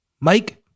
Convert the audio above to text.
Mike